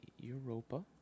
Europa